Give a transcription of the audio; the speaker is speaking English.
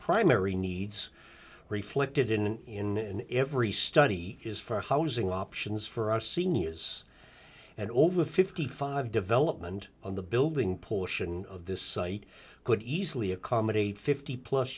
primary needs reflected in every study is for housing options for our seniors and over fifty five development on the building portion of this site could easily accommodate fifty plus